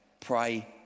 pray